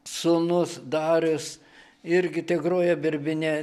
sūnus darius irgi grojo birbyne